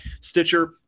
Stitcher